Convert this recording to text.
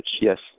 Yes